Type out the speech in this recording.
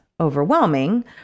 overwhelming